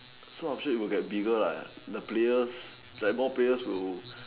so I'm sure it will get bigger lah the players like more players will